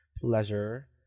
pleasure